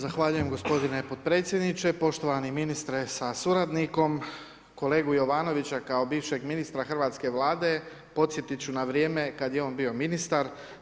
Zahvaljujem gospodine potpredsjedniče, poštovani ministre sa suradnikom, kolegu Jovanovića, kao bivšeg ministra Hrvatske vlade, podsjetiti ću na vrijeme kada je on bio ministar.